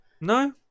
No